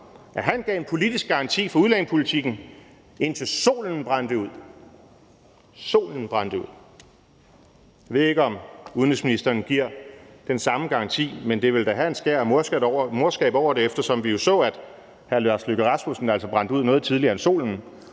at han gav en politisk garanti for udlændingepolitikken, indtil solen brændte ud – indtil solen brændte ud. Jeg ved ikke, om udenrigsministeren giver den samme garanti, men det ville da have et skær af morskab over sig, eftersom vi jo så, at hr. Lars Løkke Rasmussen altså brændte ud noget tidligere end solen,